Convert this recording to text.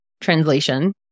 translation